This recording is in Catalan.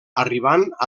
arribant